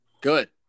Good